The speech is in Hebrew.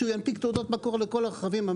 שהוא ינפיק תעודת מקור לכל הרכבים.